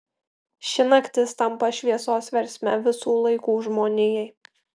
ši naktis tampa šviesos versme visų laikų žmonijai